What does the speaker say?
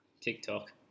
TikTok